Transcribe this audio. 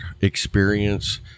experience